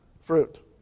fruit